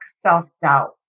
self-doubt